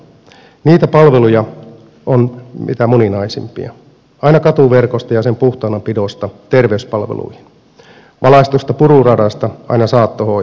niitä palveluja on mitä moninaisimpia aina katuverkosta ja sen puhtaanapidosta terveyspalveluihin valaistusta pururadasta aina saattohoitoon